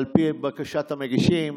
על פי בקשת המגישים,